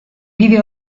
bide